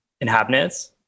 inhabitants